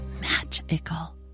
magical